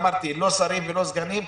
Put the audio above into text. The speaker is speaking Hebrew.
אמרתי לא שרים, ולא סגנים,